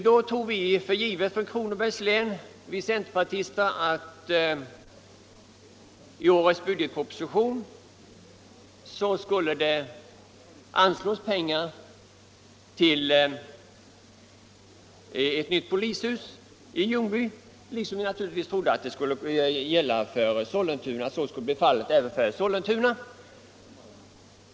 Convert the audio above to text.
Då tog vi centerpartister från Kronobergs län för givet att det i årets budget skulle anslås pengar till ett nytt polishus i Ljungby liksom givetvis även till ett i Sollentuna.